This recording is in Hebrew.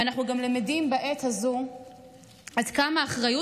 ואנחנו גם למדים בעת הזו עד כמה אחריות